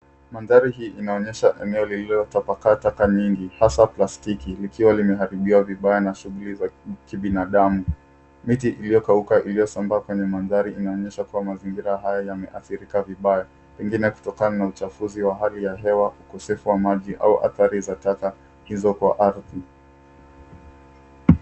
Mandhari hii inaonyesha eneo lililotapakaa taka nyingi hasa plastiki likiwa limeharibiwa vibaya na shughuli za kibinadamu. Miti iliyokauka iliyosambaa kwenye mandhari inaonyesha kuwa mazingira hayo yameadhirika vibaya, pengine kutokana na uchafuzi wa hali ya hewa, ukosefu wa maji au adhari za taka hizo kwa ardhi.